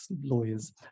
lawyers